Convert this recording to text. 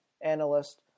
analyst